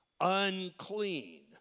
unclean